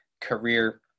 career